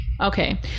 Okay